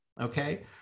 okay